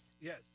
Yes